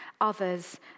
others